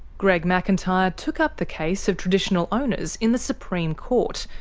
greg mcintyre took up the case of traditional owners in the supreme court,